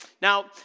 now